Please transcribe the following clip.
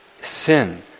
Sin